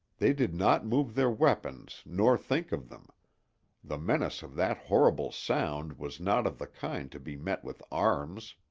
they did not move their weapons nor think of them the menace of that horrible sound was not of the kind to be met with arms.